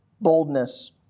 boldness